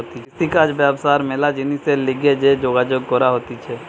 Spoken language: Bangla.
কৃষিকাজ ব্যবসা আর ম্যালা জিনিসের লিগে যে যোগাযোগ করা হতিছে